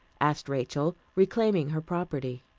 asked rachel, reclaiming her property.